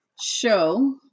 show